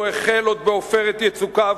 הוא החל עוד ב"עופרת יצוקה",